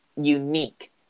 unique